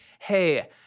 hey